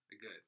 good